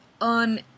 on